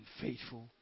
faithful